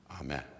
Amen